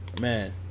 Man